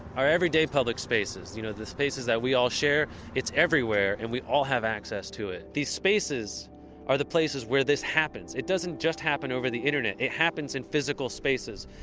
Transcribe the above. our everyday public spaces. you know, the spaces that we all share. it's everywhere and we all have access to it. these spaces are the places where this happens. it doesn't just happen over the internet, it happens in physical spaces.